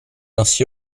ainsi